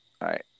right